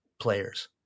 players